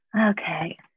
Okay